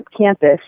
campus